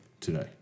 today